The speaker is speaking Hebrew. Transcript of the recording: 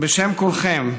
בשם כולכם,